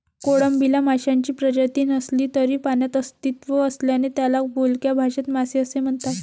कोळंबीला माशांची प्रजाती नसली तरी पाण्यात अस्तित्व असल्याने त्याला बोलक्या भाषेत मासे असे म्हणतात